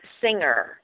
singer